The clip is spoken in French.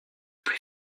plus